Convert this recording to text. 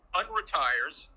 unretires